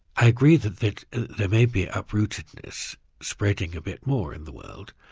i agree that that there may be uprootedness spreading a bit more in the world,